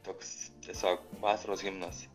toks tiesiog vasaros himnas